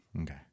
Okay